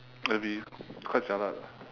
will be quite jialat